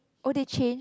oh they changed